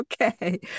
okay